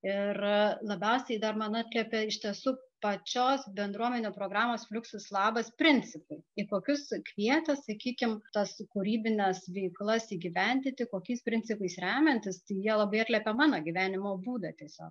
ir labiausiai dar man atliepė iš tiesų pačios bendruomenių programos fluksus labas principai į kokius kvietė sakykim tas kūrybines veiklas įgyvendinti kokiais principais remiantis tai jie labai atliepia mano gyvenimo būdą tiesiog